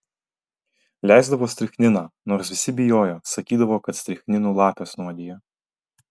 leisdavo strichniną nors visi bijojo sakydavo kad strichninu lapes nuodija